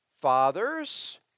Fathers